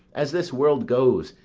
as this world goes,